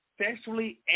sexually